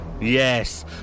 yes